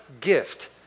gift